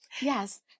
yes